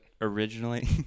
originally